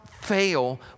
fail